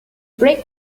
brake